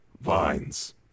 Vines